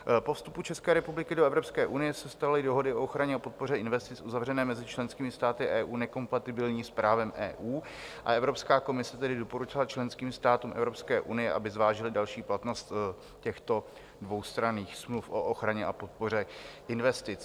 Po vstupu České republiky do Evropské unie se staly dohody o ochraně a podpoře investic uzavřené mezi členskými státy EU nekompatibilní s právem EU, a Evropská komise tedy doporučila členským státům Evropské unie, aby zvážily další platnost těchto dvoustranných smluv o ochraně a podpoře investic.